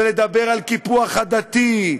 ולדבר על קיפוח עדתי,